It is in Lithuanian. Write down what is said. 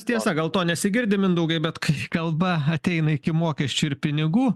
tiesa gal to nesigirdi mindaugai bet kai kalba ateina iki mokesčių ir pinigų